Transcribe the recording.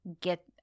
Get